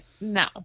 no